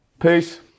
Peace